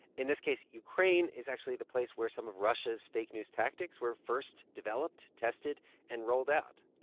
in this case, ukraine is actually the place where some of russia's fake news tactics were first developed, tested and rolled out.